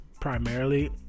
primarily